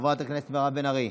חברת הכנסת מירב בן ארי.